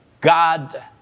God